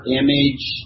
image